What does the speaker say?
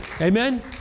Amen